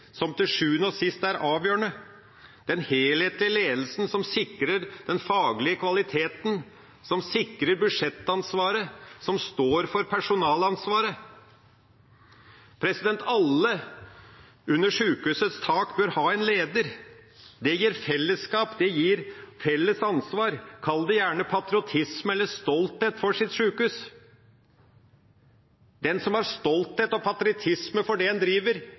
som til sjuende og sist er avgjørende – den helhetlige ledelsen som sikrer den faglige kvaliteten, som sikrer budsjettansvaret, og som står for personalansvaret. Alle under sjukehusets tak bør ha en leder. Det gir fellesskap, det gir felles ansvar – kall det gjerne patriotisme eller stolthet over sitt sjukehus. Den som føler stolthet og patriotisme ved det en driver,